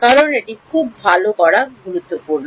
কারণ এটি খুব ভাল করা গুরুত্বপূর্ণ